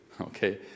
okay